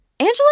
Angela